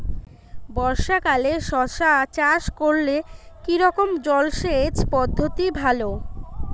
বর্ষাকালে শশা চাষ করলে কি রকম জলসেচ পদ্ধতি ভালো?